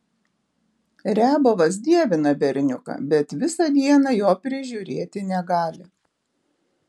riabovas dievina berniuką bet visą dieną jo prižiūrėti negali